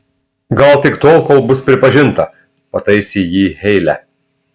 gal tik tol kol bus pripažinta pataisė jį heile